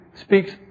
speaks